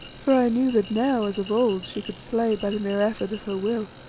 for i knew that now, as of old, she could slay by the mere effort of her will.